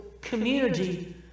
community